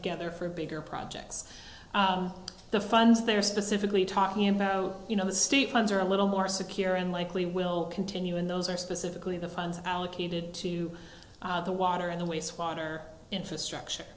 together for a bigger projects the funds they're specifically talking about you know the state funds are a little more secure and likely will continue and those are specifically the funds allocated to the water in the waste water infrastructure